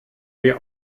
wir